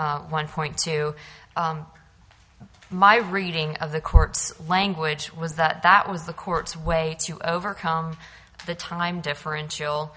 c one point to my reading of the court's language was that that was the court's way to overcome the time differential